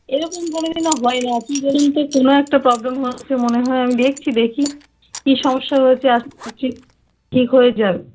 এরকম কোনোদিনও হয় না কি বলুন তো কোনো একটা প্রবলেম হয়েছে মনে হয় আমি দেখছি দেখি কী সমস্যা হয়েছে আশা করছি ঠিক হয়ে যাবে